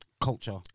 culture